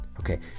okay